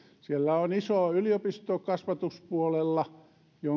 siellä on iso yliopisto kasvatuspuolella